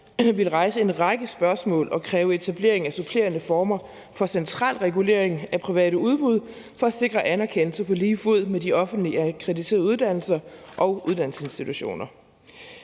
ville rejse en række spørgsmål og kræve etablering af supplerende former for central regulering af private udbud for at sikre anerkendelse på lige fod med de offentlige akkrediterede uddannelser og uddannelsesinstitutioner.